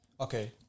Okay